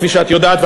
כפי שאת יודעת,